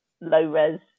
low-res